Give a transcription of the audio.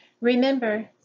Remember